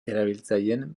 erabiltzaileen